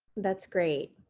that's great.